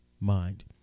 mind